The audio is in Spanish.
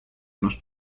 unos